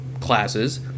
classes